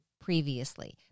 previously